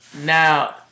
Now